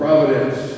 Providence